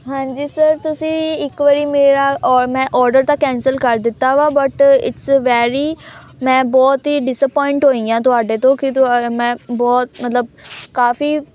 ਹਾਂਜੀ ਸਰ ਤੁਸੀਂ ਇੱਕ ਵਾਰੀ ਮੇਰਾ ਔਰ ਮੈਂ ਔਡਰ ਤਾਂ ਕੈਂਸਲ ਕਰ ਦਿੱਤਾ ਵਾ ਬਟ ਇਟਸ ਵੈਰੀ ਮੈਂ ਬਹੁਤ ਹੀ ਡਿਸਅਪੋਇੰਟ ਹੋਈ ਹਾਂ ਤੁਹਾਡੇ ਤੋਂ ਕਿ ਮੈਂ ਬਹੁਤ ਮਤਲਬ ਕਾਫ਼ੀ